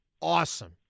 awesome